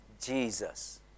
Jesus